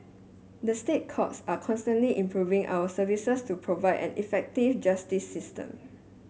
the State Courts are constantly improving our services to provide an effective justice system